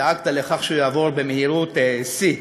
דאגת לכך שהוא יעבור במהירות שיא,